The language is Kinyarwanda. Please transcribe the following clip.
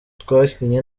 twakinnye